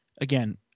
again